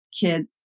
kids